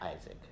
Isaac